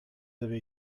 avez